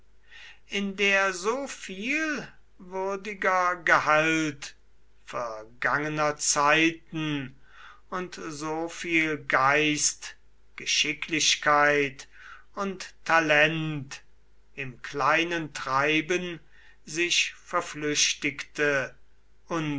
in der so viel würdiger gehalt vergangener zeiten und so viel geist geschicklichkeit und talent im kleinen treiben sich verflüchtigte